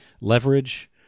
Leverage